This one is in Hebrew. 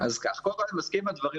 אני מסכים עם הדברים